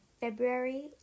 february